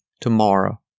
tomorrow